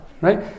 right